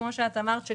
כפי שאמרת,